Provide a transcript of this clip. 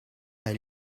hij